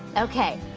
okay,